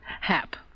Hap